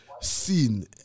seen